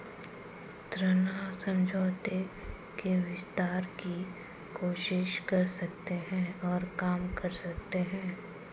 ऋण समझौते के विस्तार की कोशिश कर सकते हैं और काम कर सकते हैं